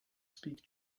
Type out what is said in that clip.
speak